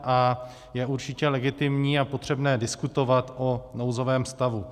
A je určitě legitimní a potřebné diskutovat o nouzovém stavu.